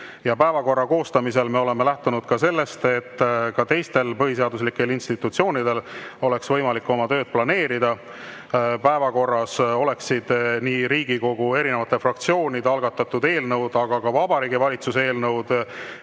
Päevakorra koostamisel me oleme lähtunud ka sellest, et teistel põhiseaduslikel institutsioonidel oleks võimalik oma tööd planeerida ning et päevakorras oleksid nii Riigikogu fraktsioonide algatatud eelnõud, Vabariigi Valitsuse eelnõud